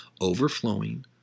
overflowing